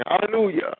Hallelujah